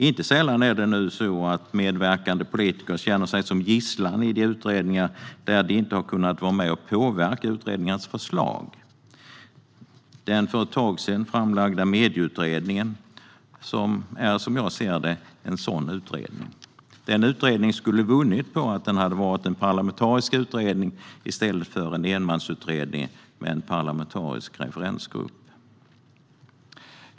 Inte sällan är det nu så att medverkande politiker känner sig som gisslan i utredningar där de inte har kunnat vara med och påverka utredningarnas förslag. Den för ett tag sedan framlagda Medieutredningen är, som jag ser det, en sådan utredning. Den utredningen skulle ha vunnit på att ha varit en parlamentarisk utredning i stället för en enmansutredning med en parlamentarisk referensgrupp.